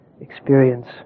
experience